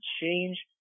change